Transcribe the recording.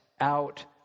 out